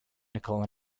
nicole